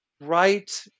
right